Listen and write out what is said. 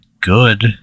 good